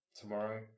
tomorrow